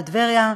בטבריה,